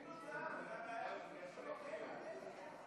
אתה גם לא מצלם.